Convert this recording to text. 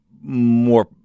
more